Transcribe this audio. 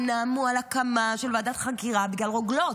נאמו על הקמה של ועדת חקירה בגלל רוגלות.